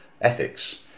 ethics